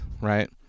right